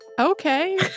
Okay